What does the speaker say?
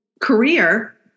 career